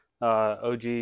OG